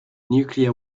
nuclear